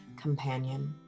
companion